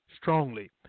strongly